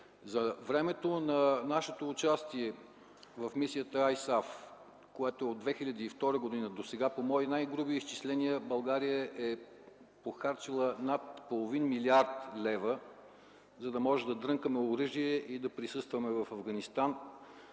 За времето на нашето участие в мисията ИСАФ от 2002 г. досега по мои най-груби изчисления България е похарчила над 1 млрд. лв., за да можем да дрънкаме оръжие и да присъстваме в Афганистан,